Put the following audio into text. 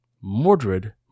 Mordred